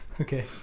okay